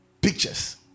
pictures